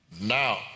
Now